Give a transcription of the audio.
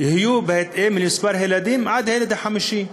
יהיו בהתאם למספר הילדים עד הילד החמישי,